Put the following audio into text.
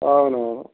అవును